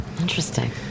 Interesting